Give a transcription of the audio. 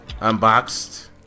unboxed